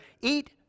eat